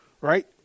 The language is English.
right